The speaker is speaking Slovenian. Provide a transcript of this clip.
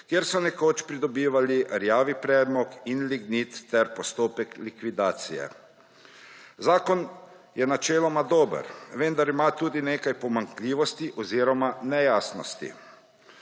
kjer so nekoč pridobivali rjavi premog in lignit, ter postopek likvidacije. Zakon je načeloma dober, vendar ima tudi nekaj pomanjkljivosti oziroma nejasnosti.